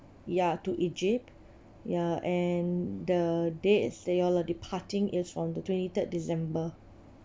ya to egypt ya and the date is they all are departing is on the twenty third december